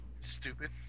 Stupid